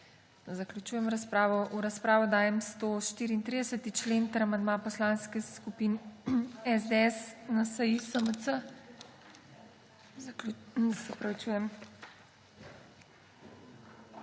Zaključujem razpravo. V razpravo dajem 146. člen ter amandma poslanskih skupin SDS, NSi, SMC. Zaključujem